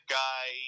guy